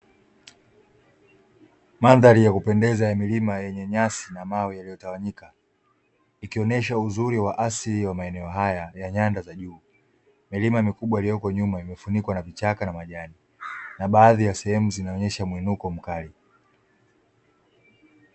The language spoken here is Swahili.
Mandhari ya kupendeza ya milima yenye nyasi na mawe yaliyotawanyika ikionyesha uzuri wa asili wa maeneo haya ya nyanda za juu. Milima mikubwa iliyoko nyuma imefunikwa na vichaka na majani na baadhi ya sehemu zinaonyesha mwinuko mkali.